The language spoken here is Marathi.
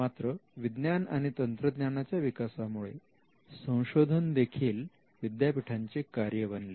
मात्र विज्ञान आणि तंत्रज्ञानाच्या विकासामुळे संशोधन देखील विद्यापीठांचे कार्य बनले